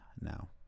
now